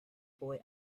boy